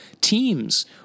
teams